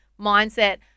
mindset